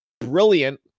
brilliant